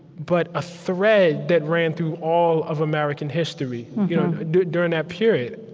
but a thread that ran through all of american history during that period.